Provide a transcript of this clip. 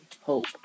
hope